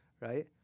Right